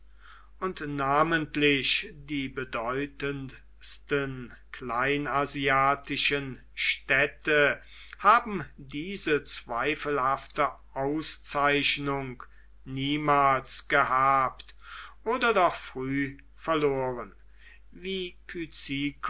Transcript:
und namentlich die bedeutendsten kleinasiatischen städte haben diese zweifelhafte auszeichnung niemals gehabt oder doch früh verloren wie